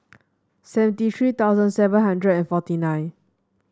seventy three thousand seven hundred and forty nine